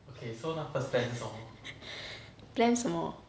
plan 什么